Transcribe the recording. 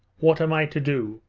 what am i to do?